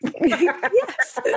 Yes